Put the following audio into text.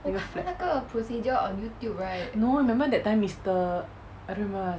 那个 flap no remember that time mister I don't remember